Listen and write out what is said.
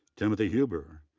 timothy huber,